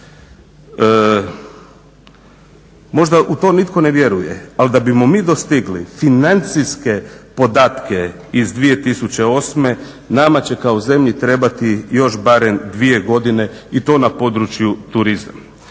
Možda u to nitko ne vjeruje ali da bi mi dostigli financijske podatke iz 2008. Nama će kao zemlji trebati još barem dvije godine i to na području turizma.